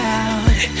out